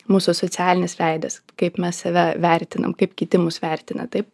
mūsų socialinis veidas kaip mes save vertinam kaip kiti mus vertina taip